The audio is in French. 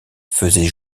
faisait